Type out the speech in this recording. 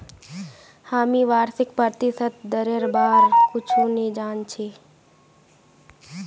हामी वार्षिक प्रतिशत दरेर बार कुछु नी जान छि